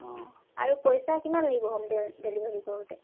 অঁ আৰু পইচা কিমান লাগিব হোম ডে ডেলিভাৰী কৰোঁতে